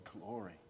glory